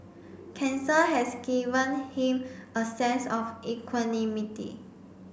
cancer has given him a sense of equanimity